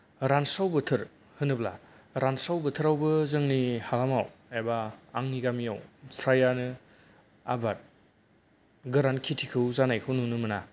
रानस्राव बोथोर होनोब्ला रानस्राव बोथोरावबो जोंनि हालामाव एबा आंनि गामियाव फ्रायानो आबाद गोरान खेतिखौ जानायखौ नुनो मोना